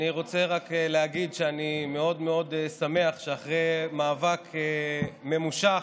אני רוצה להגיד רק שאני מאוד מאוד שמח שאחרי מאבק ממושך